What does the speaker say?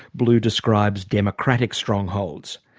blue describes democratic strongholds.